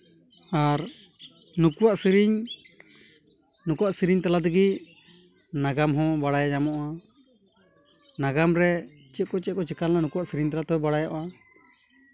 ᱟᱨ ᱱᱩᱠᱩᱣᱟᱜ ᱥᱮᱨᱮᱧ ᱱᱩᱠᱩᱣᱟᱜ ᱥᱮᱨᱮᱧ ᱛᱟᱞᱟ ᱛᱮᱜᱮ ᱱᱟᱜᱟᱢ ᱦᱚᱸ ᱵᱟᱲᱟᱭ ᱧᱟᱢᱚᱜᱼᱟ ᱱᱟᱜᱟᱢ ᱨᱮ ᱪᱮᱫ ᱠᱚ ᱪᱮᱫ ᱠᱚ ᱪᱤᱠᱟᱹ ᱞᱮᱱ ᱱᱩᱠᱩᱣᱟᱜ ᱥᱮᱨᱮᱧ ᱛᱟᱞᱟ ᱛᱮᱦᱚᱸ ᱵᱟᱲᱟᱭᱚᱜᱼᱟ